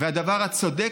הדבר הצודק,